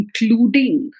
including